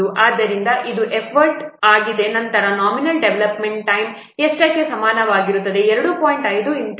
ಆದ್ದರಿಂದ ಇದು ಎಫರ್ಟ್ ಆಗಿದೆ ನಂತರ ನಾಮಿನಲ್ ಡೆವಲಪ್ಮೆಂಟ್ ಟೈಮ್ ಎಷ್ಟಕ್ಕೆ ಸಮಾನವಾಗಿರುತ್ತದೆ